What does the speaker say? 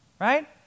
right